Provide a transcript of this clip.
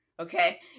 Okay